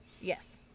Yes